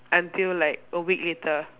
until like a week later